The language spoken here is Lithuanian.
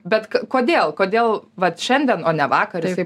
bet kodėl kodėl vat šiandien o ne vakar jisai